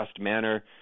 manner